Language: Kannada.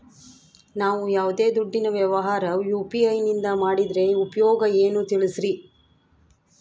ನಾವು ಯಾವ್ದೇ ದುಡ್ಡಿನ ವ್ಯವಹಾರ ಯು.ಪಿ.ಐ ನಿಂದ ಮಾಡಿದ್ರೆ ಉಪಯೋಗ ಏನು ತಿಳಿಸ್ರಿ?